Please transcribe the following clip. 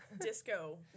disco